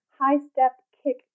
high-step-kick